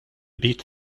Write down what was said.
beat